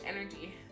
energy